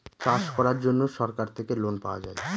চাষ করার জন্য সরকার থেকে লোন পাওয়া যায়